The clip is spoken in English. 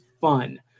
fun